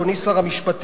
אדוני שר המשפטים,